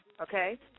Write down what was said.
Okay